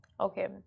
Okay